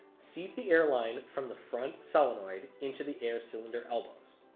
seat the air line from the front solenoid into the air cylinder elbows.